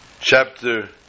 chapter